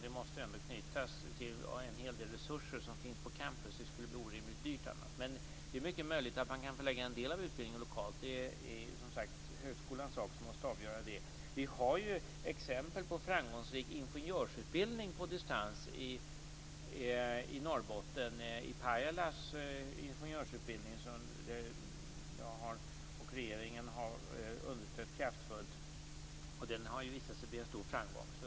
Den måste ändå knytas till en hel del resurser som finns på campus. Det skulle annars bli orimligt dyrt. Men det är mycket möjligt att det går att förlägga en del av utbildningen lokalt. Det är högskolans sak att avgöra den frågan. Vi har exempel på framgångsrik ingenjörsutbildning på distans i Norbotten. Det gäller ingenjörsutbildningen i Pajala som regeringen kraftfullt har understött. Den har visat sig bli en stor framgång.